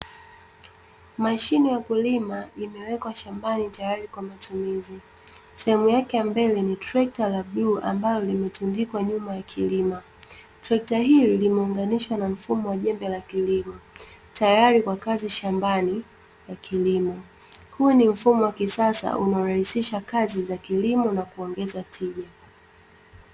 Mashine ya kulima imewekwa shambani tayari kwa matumizi. Sehemu yake ya mbele ni trekta la bluu ambalo limetundikwa nyuma ya kilima. Trekta hili limeunganishwa na mfumo wa jembe la kilimo, tayari kwa kazi shambani ya kilimo. Huu ni mfumo wa kisasa unaorahisisha kazi za kilimo na kuongeza tija.